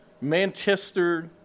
Manchester